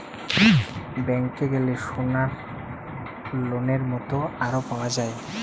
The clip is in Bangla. ব্যাংকে গ্যালে সোনার লোনের মত আরো পাওয়া যায়